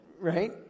right